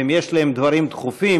ואם יש להם דברים דחופים,